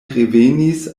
revenis